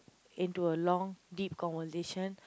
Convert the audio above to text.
into a long deep conversation